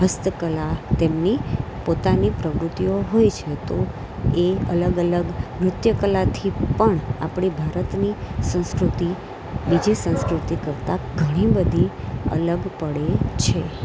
હસ્તકલા તેમની પોતાની પ્રવૃત્તિઓ હોય છે તો એ અલગ અલગ નૃત્ય કલાથી પણ આપણી ભારતની સંસ્કૃતિ બીજી સંસ્કૃતિ કરતાં ઘણી બધી અલગ પડે છે